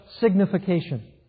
signification